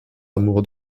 amour